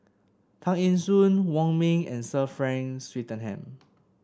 Tay Eng Soon Wong Ming and Sir Frank Swettenham